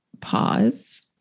pause